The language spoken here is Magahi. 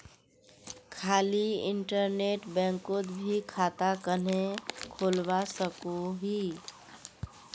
खाली इन्टरनेट बैंकोत मी खाता कन्हे खोलवा सकोही?